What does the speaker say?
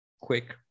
quick